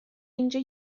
اینجا